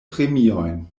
premiojn